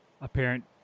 apparent